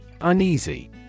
Uneasy